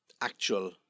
actual